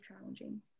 challenging